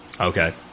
Okay